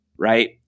Right